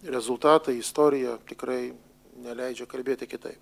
rezultatai istorija tikrai neleidžia kalbėti kitaip